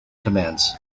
commands